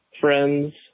friends